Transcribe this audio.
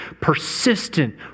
persistent